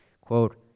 quote